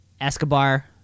Escobar